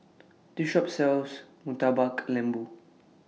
This Shop sells Murtabak Lembu